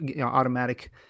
automatic